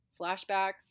flashbacks